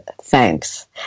thanks